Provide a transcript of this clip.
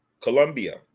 Colombia